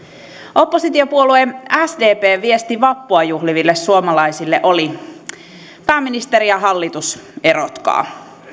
oppositiopuolue sdpn viesti vappua juhliville suomalaisille oli pääministeri ja hallitus erotkaa